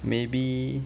maybe